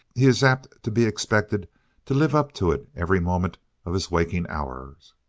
he is apt to be expected to live up to it every moment of his waking hours.